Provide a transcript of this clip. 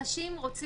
להיות שגרירים,